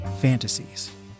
fantasies